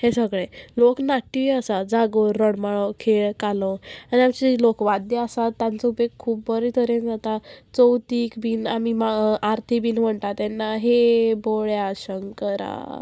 हे सगळे लोकनाट्यूय आसा जागोर रोडमाळो खेळ कालो आनी अशे लोकवाद्यां आसात तांचो उपेग खूब बरे तरेन जाता चवतीक बीन आमी मा आरती बीन म्हणटा तेन्ना हे बोळ्या शंकरा